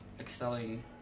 excelling